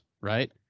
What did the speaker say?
Right